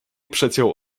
przeciął